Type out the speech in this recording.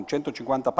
150